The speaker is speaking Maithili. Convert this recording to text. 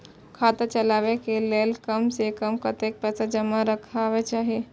खाता चलावै कै लैल कम से कम कतेक पैसा जमा रखवा चाहि